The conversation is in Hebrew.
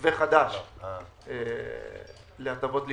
מתווה חדש להטבות ליישובים.